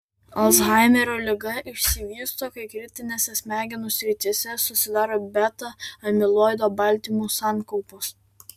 alzheimerio liga išsivysto kai kritinėse smegenų srityse susidaro beta amiloido baltymų sankaupos